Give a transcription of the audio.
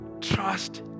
trust